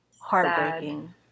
heartbreaking